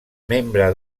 membre